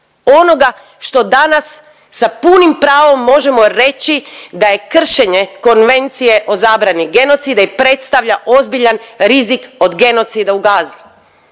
onoga što danas sa punim pravom možemo reći da je kršenje Konvencije o zabrani genocida i predstavlja ozbiljan rizik od genocida u Gazi.